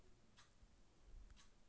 KYC bank में कैसे होतै?